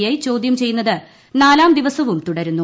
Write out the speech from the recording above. I ചോദ്യം ചെയ്യുന്നത് നാലാം ദിവസവും തുടരുന്നു